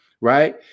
right